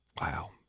Wow